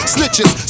Snitches